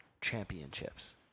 championships